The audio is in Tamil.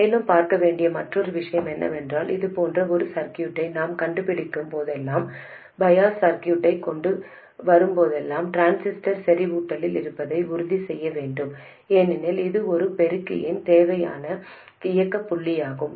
மேலும் பார்க்க வேண்டிய மற்றொரு விஷயம் என்னவென்றால் இதுபோன்ற ஒரு சர்க்யூட்டை நாம் கண்டுபிடிக்கும் போதெல்லாம் பயாஸ் சர்க்யூட்டைக் கொண்டு வரும்போதெல்லாம் டிரான்சிஸ்டர் செறிவூட்டலில் இருப்பதை உறுதி செய்ய வேண்டும் ஏனெனில் இது ஒரு பெருக்கிக்கு தேவையான இயக்க புள்ளியாகும்